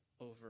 over